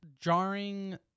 jarring